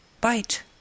Bite